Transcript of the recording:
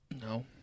No